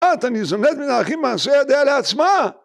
בת הניזונת מן האחים מעשה ידיה לעצמה!